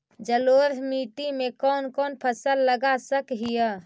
जलोढ़ मिट्टी में कौन कौन फसल लगा सक हिय?